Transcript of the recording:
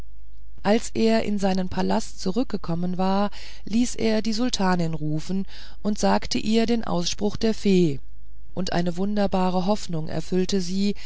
als er in seinen palast zurückgekommen war ließ er die sultanin rufen und sagte ihr den ausspruch der fee und eine wunderbare hoffnung erfüllte sie